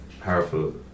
powerful